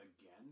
again